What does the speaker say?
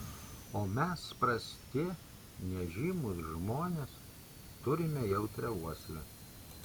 o mes prasti nežymūs žmonės turime jautrią uoslę